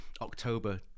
October